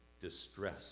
distress